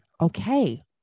Okay